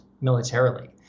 militarily